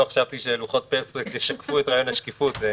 לא חשבתי שלוחות פרספקס ישקפו את רעיון השקיפות.